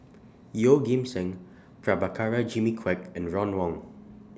Yeoh Ghim Seng Prabhakara Jimmy Quek and Ron Wong